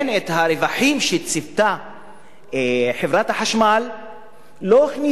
את הרווחים שצפתה חברת החשמל היא לא הכניסה,